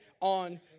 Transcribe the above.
on